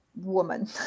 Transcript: woman